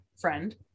friend